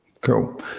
Cool